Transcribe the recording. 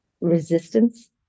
resistance